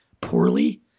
poorly